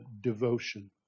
devotion